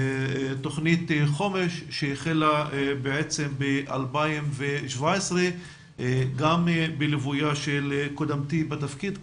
תוכנית חומש שהחלה בעצם ב-2017 גם בליוויה של קודמתי בתפקיד כאן,